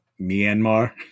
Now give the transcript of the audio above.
Myanmar